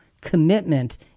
Commitment